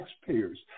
taxpayers